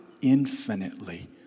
infinitely